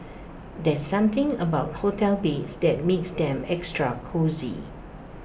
there's something about hotel beds that makes them extra cosy